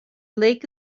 lake